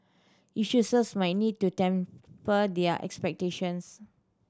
issuers might need to temper their expectations